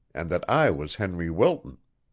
and that i was henry wilton.